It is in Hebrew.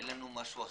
אין לנו תחליף,